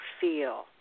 feel